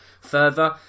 further